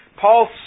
Paul